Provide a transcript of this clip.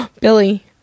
Billy